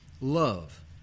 love